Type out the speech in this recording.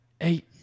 eight